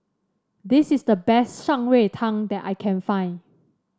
this is the best Shan Rui Tang that I can find